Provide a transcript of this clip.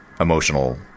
emotional